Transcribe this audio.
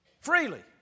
Freely